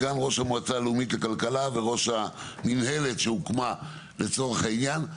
סגן ראש המועצה הלאומית לכלכלה וראש המנהלת שהוקמה לצורך העניין.